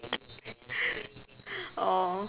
oh